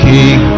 King